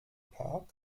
park